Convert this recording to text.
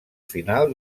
final